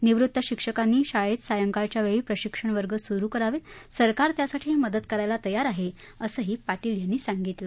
निवृत्त शिक्षकांनी शाळत्त्विसायंकाळच्या वछी प्रशिक्षण वर्ग सुरू करावत्त्व सरकार त्यासाठी मदत करायला तयार आह असंही पाटील यांनी सांगितलं